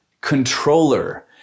controller